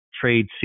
trade